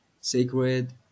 sacred